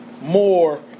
more